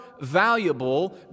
valuable